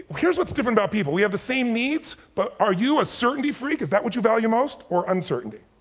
here's what's different about people. we have the same needs but are you a certainty freak? is that what you value most? or uncertainty?